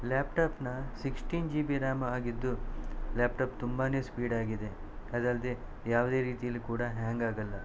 ಲ್ಯಾಪ್ಟಾಪ್ನ sixteen G B RAM ಆಗಿದ್ದು laptop ತುಂಬಾನೆ ಸ್ಪೀಡಾಗಿದೆ ಅದಲ್ಲದೆ ಯಾವುದೇ ರೀತಿಯಲ್ಲಿ ಕೂಡ ಹ್ಯಾಂಗ್ ಆಗಲ್ಲ